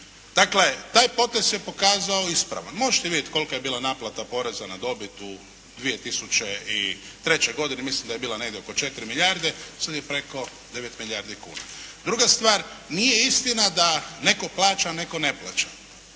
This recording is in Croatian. Dakle, taj potez se pokazao ispravan. Možete vidjeti kolika je bila naplata poreza na dobit u 2003. godini, mislim da je bila negdje oko 4 milijarde, sada je preko 9 milijardi kuna. Druga stvar. Nije istina da netko plaća, netko ne plaća.